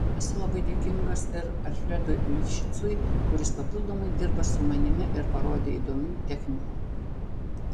esu labai dėkingas ir alfredui lifšicui kuris papildomai dirba su manimi ir parodė įdomių technikų